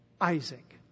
Isaac